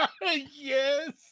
yes